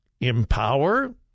empower